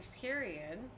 period